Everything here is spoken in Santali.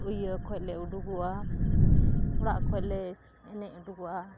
ᱤᱭᱟᱹ ᱠᱷᱚᱡ ᱞᱮ ᱩᱰᱩᱠᱚᱜᱼᱟ ᱚᱲᱟᱜ ᱠᱷᱚᱡ ᱞᱮ ᱮᱱᱮᱡ ᱩᱰᱩᱠᱚᱜᱼᱟ